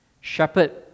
Shepherd